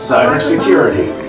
Cybersecurity